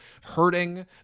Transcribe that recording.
hurting